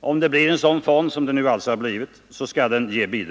vi skall ge bidrag till en sådan fond — om den kommer till stånd. Det kommer den nu att göra.